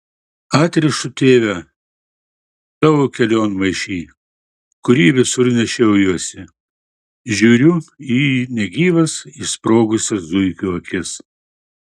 atrišu tėve tavo kelionmaišį kurį visur nešiojuosi žiūriu į negyvas išsprogusias zuikio akis